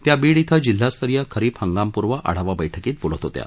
त्या आज बीड इथं जिल्हास्तरीय खरीप हंगामपूर्व आढावा बैठकीत बोलत होत्या